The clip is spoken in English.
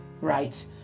right